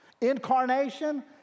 Incarnation